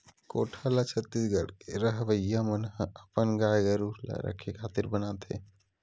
कोठा ल छत्तीसगढ़ के रहवइया मन ह अपन गाय गरु ल रखे खातिर बनाथे